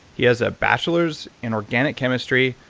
he has a bachelor's in organic chemistry,